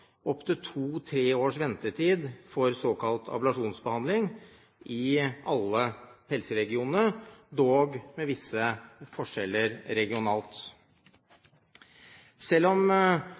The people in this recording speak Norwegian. opptil 2–3 års ventetid for såkalt ablasjonsbehandling i alle helseregionene, dog med visse forskjeller regionalt. Selv om